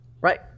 Right